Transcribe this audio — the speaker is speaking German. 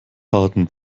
harten